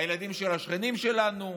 הילדים של השכנים שלנו.